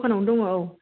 दखान आवनो दङ औ